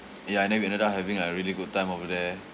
ya and then we ended up having a really good time over there